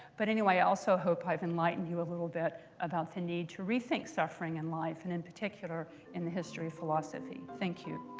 but anyway, i also hope i've enlightened you a little bit about the need to rethink suffering in life and in particular in the history of philosophy. thank you.